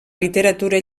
literatura